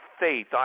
faith